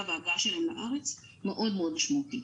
והגעה שלהם לארץ היא מאוד מאוד משמעותית.